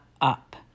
up